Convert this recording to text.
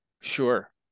Sure